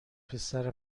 پسر